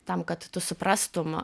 tam kad tu suprastum